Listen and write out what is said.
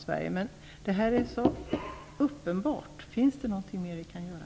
Sveriges sida. Men detta är så uppenbart. Finns det någonting mer vi kan göra?